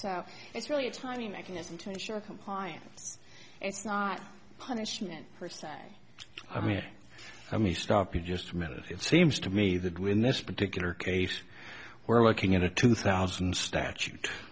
so it's really a tiny mechanism to ensure compliance it's not punishment for sex i mean i me stop you just a minute it seems to me that when this particular case we're looking at a two thousand statute